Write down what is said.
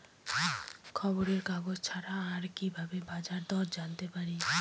খবরের কাগজ ছাড়া আর কি ভাবে বাজার দর জানতে পারি?